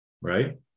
Right